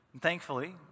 Thankfully